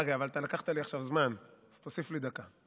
רגע, אבל אתה לקחת לי עכשיו זמן, תוסיף לי דקה.